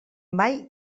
mai